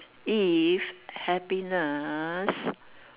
if happiness